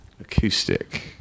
acoustic